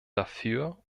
dafür